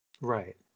Right